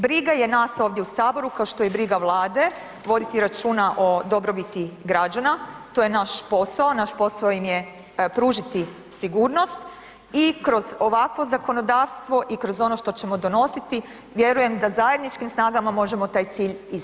Briga je nas ovdje u Saboru kao što je briga Vlade voditi računa o dobrobiti građana, to je naš posao, naš posao im je pružiti sigurnost i kroz ovakvo zakonodavstvo i kroz ono što ćemo donositi, vjerujem da zajedničkim snagama možemo taj cilj ispuniti.